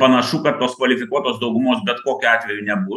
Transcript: panašu kad tos kvalifikuotos daugumos bet kokiu atveju nebus